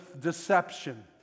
deception